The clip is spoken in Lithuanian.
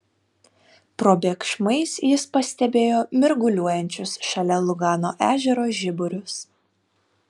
probėgšmais jis pastebėjo mirguliuojančius šalia lugano ežero žiburius